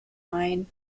mine